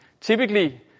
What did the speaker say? Typically